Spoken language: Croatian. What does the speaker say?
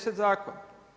10 zakona.